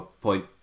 point